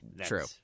True